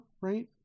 right